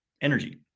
energy